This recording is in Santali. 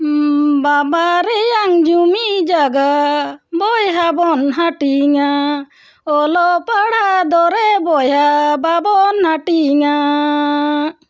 ᱵᱟᱵᱟᱨᱮᱭᱟᱝ ᱡᱩᱢᱤ ᱡᱟᱭᱜᱟ ᱵᱚᱭᱦᱟ ᱵᱚᱱ ᱦᱟᱹᱴᱤᱧᱟ ᱚᱞᱚᱜ ᱯᱟᱲᱦᱟᱜ ᱫᱚᱨᱮ ᱵᱚᱭᱦᱟ ᱵᱟᱵᱚᱱ ᱦᱟᱹᱴᱤᱧᱟᱻ